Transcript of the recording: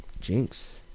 Jinx